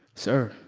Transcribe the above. sir,